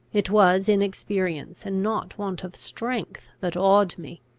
it was inexperience, and not want of strength, that awed me.